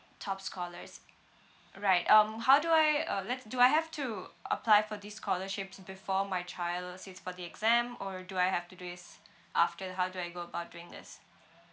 top scholars right um how do I uh let's do I have to apply for this scholarships before my child sits for the exam or do I have to do this after how do I go about doing this